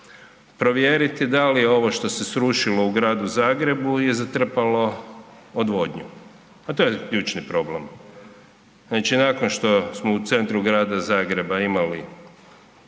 provjeriti da li ovo što se srušilo u Gradu Zagrebu je zatrpalo odvodnju, a to je ključni problem? Nakon što smo u centru Grada Zagreba imali